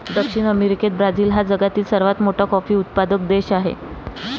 दक्षिण अमेरिकेत ब्राझील हा जगातील सर्वात मोठा कॉफी उत्पादक देश आहे